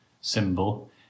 symbol